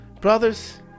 Brothers